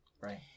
Right